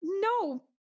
No